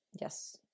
yes